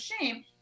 shame